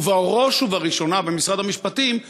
ובראש ובראשונה במשרד המשפטים,